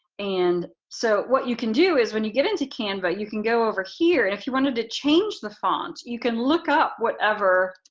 and so what you can do is when you get into canva, you can go over here. and if you wanted to change the font you can look up whatever